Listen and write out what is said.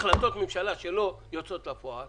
החלטות ממשלה שלא יוצאות לפועל